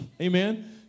amen